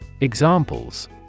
Examples